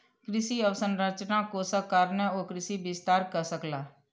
कृषि अवसंरचना कोषक कारणेँ ओ कृषि विस्तार कअ सकला